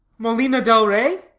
molino del rey?